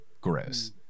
gross